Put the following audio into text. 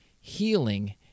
Healing